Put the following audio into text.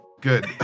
Good